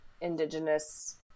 indigenous